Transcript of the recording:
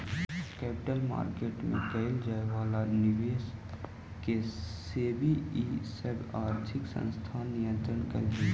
capital market में कैइल जाए वाला निवेश के सेबी इ सब आर्थिक संस्थान नियंत्रित करऽ हई